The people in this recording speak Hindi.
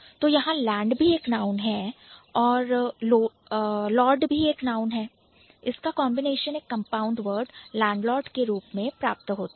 तो यहां लैंड भी एक नाम है और लोड भी एक नाउन है इसका कॉन्बिनेशन एक कंपाउंड वर्ड लैंडलॉर्ड के रूप में प्राप्त होता है